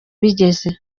bigeze